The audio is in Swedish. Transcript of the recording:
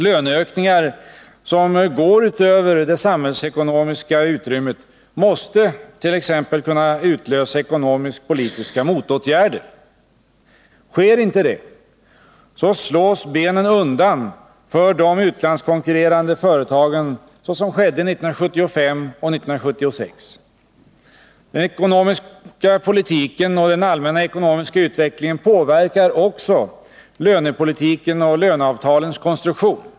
Löneökningar som går utöver det samhällsekonomiska utrymmet måste t.ex. kunna utlösa ekonomisk-politiska motåtgärder. Sker inte detta slås benen undan för de utlandskonkurrerande företagen såsom skedde 1975 och 1976. Den ekonomiska politiken och den allmänna ekonomiska utvecklingen påverkar också lönepolitiken och löneavtalens konstruktion.